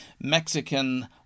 Mexican